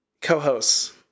co-hosts